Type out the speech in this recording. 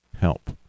help